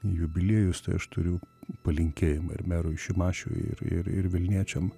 jubiliejus tai aš turiu palinkėjimą ir merui šimašiui ir ir ir vilniečiam